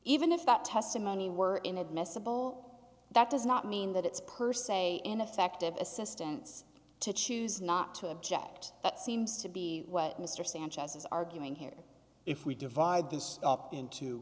even if that testimony were inadmissible that does not mean that it's per se ineffective assistance to choose not to object that seems to be what mr sanchez is arguing here if we divide this up into